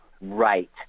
Right